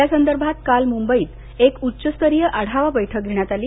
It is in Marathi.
या संदर्भात काल मुंबईत एक उच्चस्तरीय आढावा बैठक घेण्यात आली